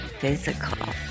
Physical